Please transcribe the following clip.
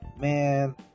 man